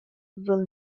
will